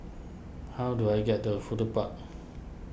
how do I get to Fudu Park